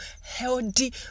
healthy